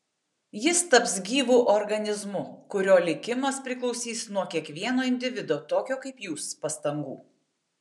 jis taps gyvu organizmu kurio likimas priklausys nuo kiekvieno individo tokio kaip jūs pastangų